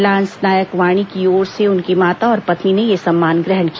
lance naik Wani की ओर से उनकी माता और पत्नी ने यह सम्मान ग्रहण किया